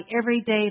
everyday